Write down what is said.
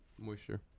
moisture